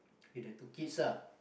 with the two kids lah